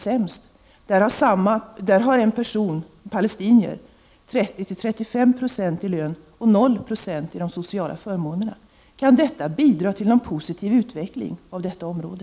Sämst är det i Gaza. Där har en palestinier 30-35 20 lön och 090 i fråga om sociala förmåner. Kan detta bidra till en positiv utveckling i detta område?